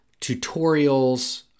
tutorials